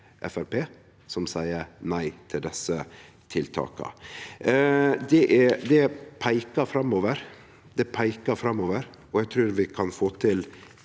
som seier nei til desse tiltaka. Det peikar framover, og eg trur vi kan få til